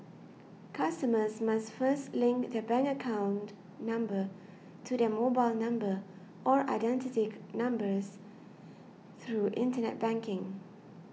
customers must first link their bank account number to their mobile number or identity numbers through Internet banking